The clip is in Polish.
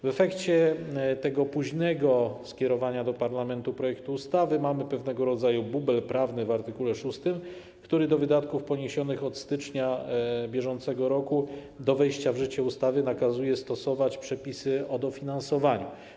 W efekcie tego późnego skierowania do parlamentu projektu ustawy mamy pewnego rodzaju bubel prawny w art. 6, który do wydatków poniesionych od stycznia br. do wejścia w życie ustawy nakazuje stosować przepisy o dofinansowaniu.